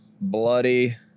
bloody